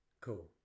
Cool